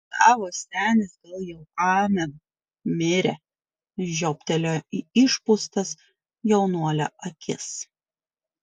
tavo senis gal jau amen mirė žiobtelėjo į išpūstas jaunuolio akis